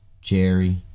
Jerry